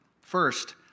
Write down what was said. First